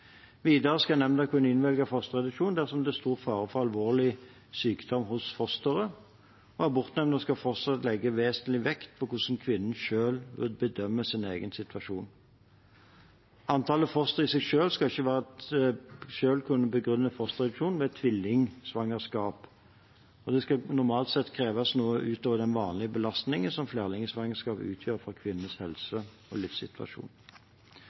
Videre skal nemnda kunne innvilge fosterreduksjon dersom det er stor fare for alvorlig sykdom hos fosteret. Abortnemnda skal fortsatt legge vesentlig vekt på hvordan kvinnen selv bedømmer sin egen situasjon. Antall fostre i seg selv skal ikke kunne begrunne fosterreduksjon ved tvillingsvangerskap. Det skal normalt sett kreves noe utover den vanlige belastningen som flerlingsvangerskap utgjør for kvinnens helse og livssituasjon.